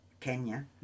Kenya